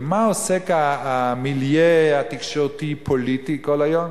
במה עוסק המיליה התקשורתי-פוליטי כל היום?